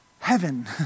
Heaven